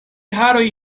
haroj